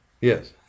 Yes